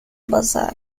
bazar